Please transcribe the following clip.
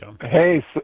Hey